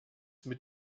mit